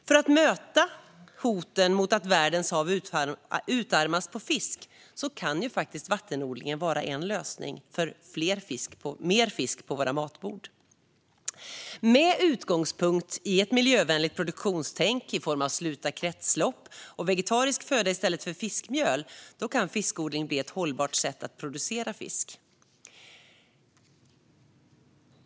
För att möta hoten mot att världens hav utarmas på fisk kan faktiskt vattenodling vara en lösning för mer fisk på våra matbord. Med utgångspunkt i ett miljövänligt produktionstänk i form av slutna kretslopp och vegetarisk föda i stället för fiskmjöl kan fiskodling bli ett hållbart sätt att producera fisk.